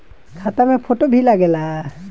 खाता मे फोटो भी लागे ला?